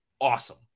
awesome